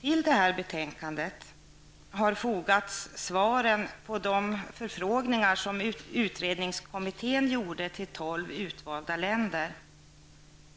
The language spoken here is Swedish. Till detta betänkande har fogats svaren på den förfrågan som utredningskommittén gjorde till tolv utvalda länder,